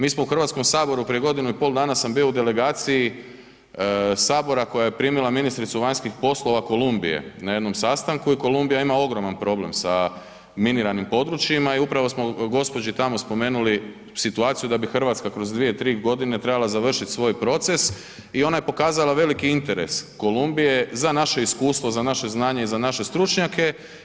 Mi smo u Hrvatskom saboru, prije godinu i pol dana sam bio u delegaciji Sabora koja je primila ministricu vanjskih poslova Kolumbije na jednom sastanku i Kolumbija ima ogroman problem sa miniranim područjima i upravo smo gospođi tamo spomenuli situaciju da bi Hrvatska kroz 2, 3 godine trebala završiti svoj proces i ona je pokazala veliki interes Kolumbije za naše iskustvo, za naše znanje i za naše stručnjake.